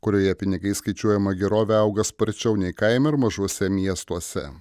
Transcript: kurioje pinigais skaičiuojama gerovė auga sparčiau nei kaime ar mažuose miestuose